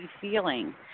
feeling